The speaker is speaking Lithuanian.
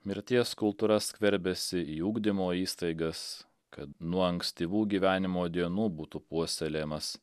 mirties kultūra skverbiasi į ugdymo įstaigas kad nuo ankstyvų gyvenimo dienų būtų puoselėjamas